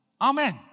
Amen